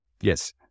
Yes